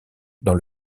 dans